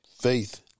Faith